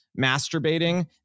masturbating